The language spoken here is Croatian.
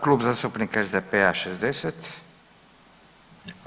Klub zastupnika SDP-a, 60.